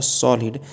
solid